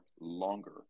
longer